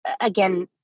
again